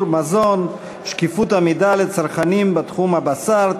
(מזון) (שקיפות המידע לצרכנים בתחום הבשר),